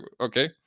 okay